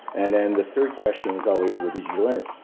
and then the third question is always what did you learn?